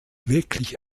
wirklich